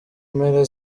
mpera